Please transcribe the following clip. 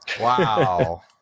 Wow